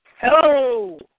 Hello